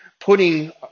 putting